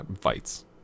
fights